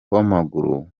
w’amaguru